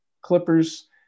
Clippers